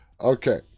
Okay